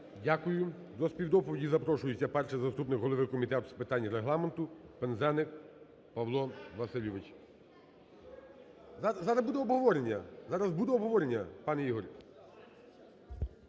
Дякую. До співдоповіді запрошується перший заступник голови Комітету з питань Регламенту Пинзеник Павло Васильович. Зараз буде обговорення, пане Ігор.